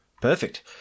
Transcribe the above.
Perfect